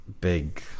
big